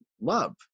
love